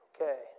Okay